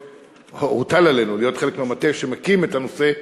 הוטל עלינו להיות חלק מהמטה שמקים את הנושא,